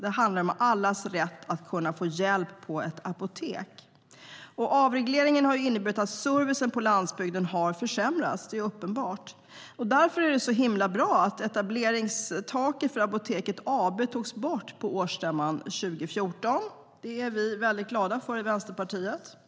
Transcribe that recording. Det handlar om allas rätt att kunna få hjälp på ett apotek. Avregleringen har inneburit att servicen på landsbygden försämrats. Det är uppenbart. Därför är det så himla bra att etableringstaket för Apoteket AB togs bort på årsstämman 2014. Det är vi väldigt glada för i Vänsterpartiet.